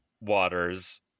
waters